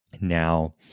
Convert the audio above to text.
now